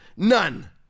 None